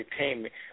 Entertainment